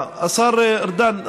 השר ארדן,